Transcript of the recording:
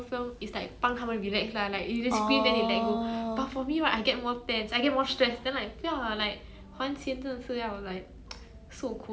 I like like watching with my friends though it's like sometimes we we just like netflix party then we watch horror movies together